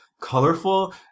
colorful